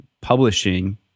publishing